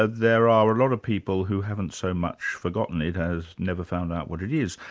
ah there are a lot of people who haven't so much forgotten it as never found out what it is.